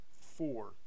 four